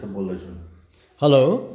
बोल्दै छु हेलो